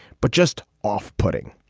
but just off putting.